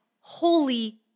holy